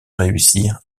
réussir